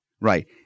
Right